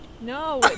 No